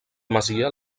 masia